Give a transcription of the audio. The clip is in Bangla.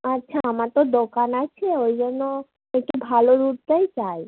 আচ্ছা আমার তো দোকান আছে ওই জন্য একটু ভালো দুধটাই চাই